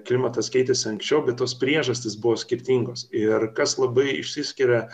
klimatas keitėsi anksčiau bet tos priežastys buvo skirtingos ir kas labai išsiskiria